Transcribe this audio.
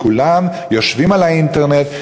כולם יושבים על האינטרנט,